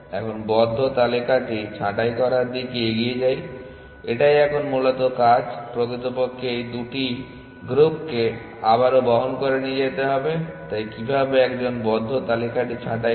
এখন বদ্ধ তালিকাটি ছাঁটাই করার দিকে এগিয়ে যাই এটাই এখন মূলত কাজ প্রকৃতপক্ষে এই দুটি গ্রুপকে আবারও বহন করে নিয়ে যেতে হবে তাই কীভাবে একজন বদ্ধ তালিকাটি ছাঁটাই করে